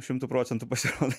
šimtu procentų pasirodo